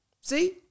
See